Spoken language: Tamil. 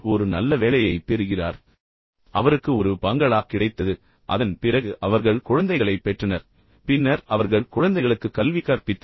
அவர் ஒரு நல்ல வேலையைப் பெறுகிறார் அவர் அவளைக் கவர கடினமாக உழைக்கிறார் அவருக்கு ஒரு பங்களா கிடைத்தது அதன் பிறகு அவர்கள் குழந்தைகளைப் பெற்றனர் பின்னர் அவர்கள் குழந்தைகளுக்கு கல்வி கற்பித்தனர்